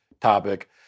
topic